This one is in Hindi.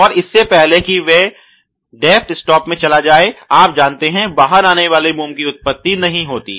और इससे पहले कि वह डेप्थ स्टॉप में चला जाय आप जानते हैं बाहर आने वाले मोम की उत्पत्ति नहीं होती